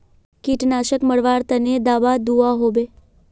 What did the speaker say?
कीटनाशक मरवार तने दाबा दुआहोबे?